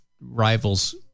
rivals